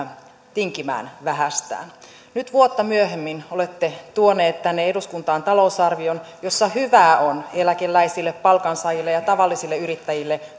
tinkimään vähästään nyt vuotta myöhemmin olette tuoneet tänne eduskuntaan talousarvion jossa hyvää on eläkeläisille palkansaajille ja tavallisille yrittäjille